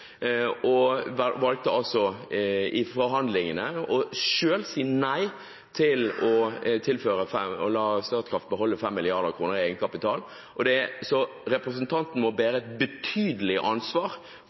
år, og valgte i forhandlingene selv å si nei til å la Statkraft beholde 5 mrd. kr i egenkapital. Representanten må bære et betydelig ansvar